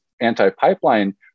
anti-pipeline